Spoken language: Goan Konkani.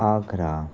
आगरा